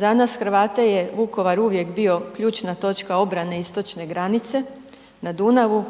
Za nas Hrvate je Vukovar uvijek bio ključna točka obrane istočne granice na Dunave,